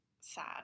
sad